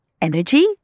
energy